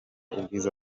ubwiza